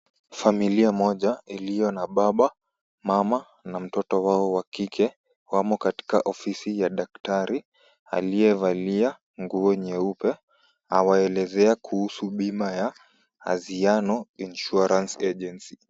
Familia moja iliyo na baba mama na mtoto wao wa kike, wamo katika ofisi ya daktari aliyevalia nguo nyeupe awaelezee kuhusu bima ya Anziano Insurance Agency.